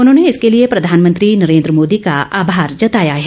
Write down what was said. उन्होंने इसके लिए प्रधानमंत्री नरेन्द्र मोदी का आभार जताया है